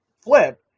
flip